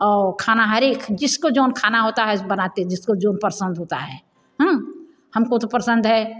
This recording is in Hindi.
आउ खाना हर एक जिसको जाऊन खाना होता है बनाते हैं जिसको जो पसंद होता है हमको जो पसंद है